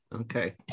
Okay